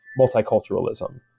multiculturalism